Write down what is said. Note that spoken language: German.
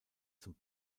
zum